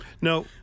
No